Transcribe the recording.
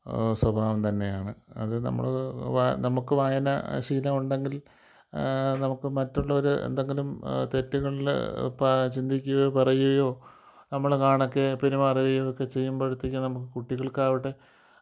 സ്വഭാവം തന്നെയാണ് അത് നമ്മൾ നമുക്ക് വായനാ ശീലം ഉണ്ടെങ്കിൽ നമുക്ക് മറ്റുള്ളവർ എന്തെങ്കിലും തെറ്റുകൾ പ ചിന്തിക്കുകയോ പറയുവോ നമ്മൾ കാണക്കെ പെരുമാറുകയോ ഒക്കെ ചെയ്യുമ്പോഴത്തേക്കും നമുക്ക് കുട്ടികൾക്കാവട്ടെ